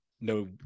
no